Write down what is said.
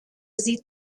sie